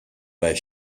where